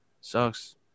Sucks